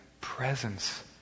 presence